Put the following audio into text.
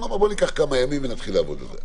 בואו ניקח כמה ימים ונתחיל לעבוד על זה.